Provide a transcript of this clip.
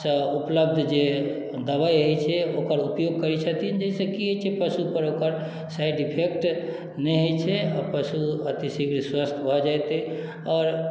सँ उपलब्ध जे दबाइ होइत छै ओकर उपयोग करैत छथिन जाहिसँ की होइत छै पशुपर एकर साइडिफेक्ट नहि होइत छै आओर पशु अतिशीघ्र स्वस्थ भऽ जाइत अइ आओर